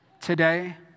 Today